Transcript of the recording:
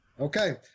Okay